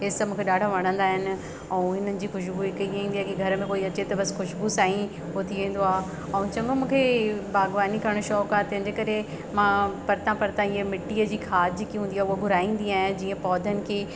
हीअ सभु मूंखे ॾाढा वणंदा आहिनि ऐं हिननि जी खूशबू हिक ईअं ई जेके घर में कोई अचे त बसि खूशबू सां ई उहो थी वेंदो आहे ऐं चङो मूंखे बागबानी करण जो शौंक़ु आहे तंहिंजे करे मां परितां परितां ईअं मिट्टी जी खाध जेकी हूंदी आहे उहो घुराईंदी आहियां जीअं पौधनि खे